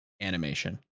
animation